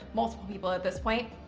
multiple people at this point.